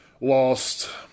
lost